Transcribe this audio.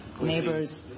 neighbors